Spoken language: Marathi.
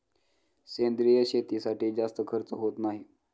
सेंद्रिय शेतीसाठी जास्त खर्च होत नाही